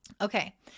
Okay